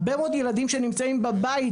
הרבה מאוד ילדים שנמצאים בבית,